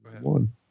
one